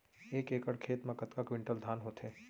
एक एकड़ खेत मा कतका क्विंटल धान होथे?